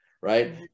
Right